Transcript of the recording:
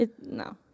no